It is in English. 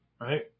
right